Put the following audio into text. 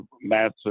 massive